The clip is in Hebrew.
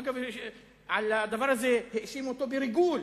אגב, על הדבר הזה האשימו אותו בריגול,